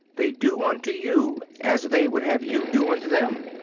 they do unto you as they would have you do unto them.